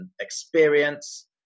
experience